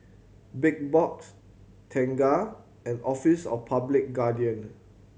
Big Box Tengah and Office of Public Guardian